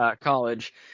college